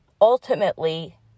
Ultimately